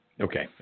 Okay